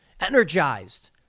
energized